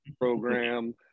program